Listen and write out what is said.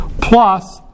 plus